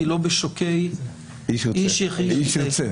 ידי צוות רפואי ויש מעקב שוטף, כמו בית חולים